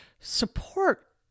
Support